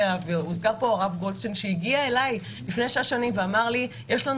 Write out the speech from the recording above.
הוזכר פה הרב גולדשטיין שהגיע אלי לפני 6 שנים ואמר לי: יש לנו